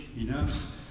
enough